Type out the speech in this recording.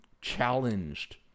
challenged